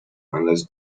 unless